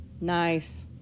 nice